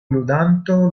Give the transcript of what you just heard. ludanto